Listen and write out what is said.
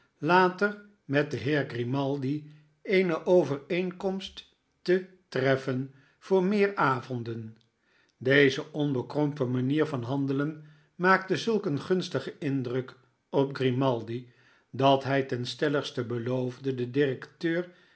later met den heer grimaldi eene overeenkomst te treffen voor meer avonden deze onbekrompen manier van handelen maakte zulk een gunstigen indruk op grimaldi dat hij ten stelligste beloofde den directeur